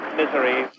misery